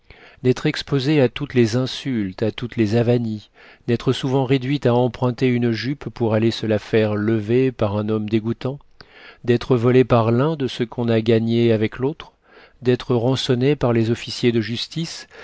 d'être exposée à toutes les insultes à toutes les avanies d'être souvent réduite à emprunter une jupe pour aller se la faire lever par un homme dégoûtant d'être volée par l'un de ce qu'on a gagné avec l'autre d'être rançonnée par les officiers de justice